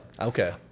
Okay